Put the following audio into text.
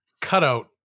cutout